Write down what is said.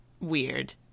weird